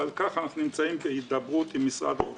ועל כך אנחנו נמצאים בהידברות עם משרד האוצר.